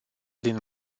din